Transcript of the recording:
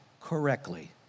correctly